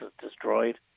destroyed